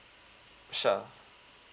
sure